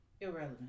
irrelevant